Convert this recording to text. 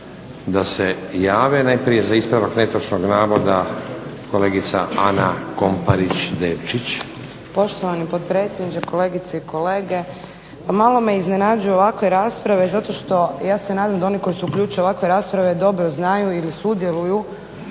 da se jave. Najprije za ispravak netočnog navoda kolegica Ana Komparić Devčić. **Komparić Devčić, Ana (SDP)** Poštovani potpredsjedniče, kolegice i kolege pa malo me iznenađuju ovakve rasprave zato što ja se nadam da oni koji se uključe u ovakve rasprave dobro znaju ili sudjeluju